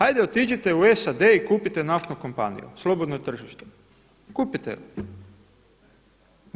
Ajde otiđite u SAD i kupite naftnu kompaniju, slobodno tržište, kupite ju.